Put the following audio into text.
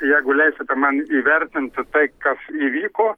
jeigu leisite man įvertinti tai kas įvyko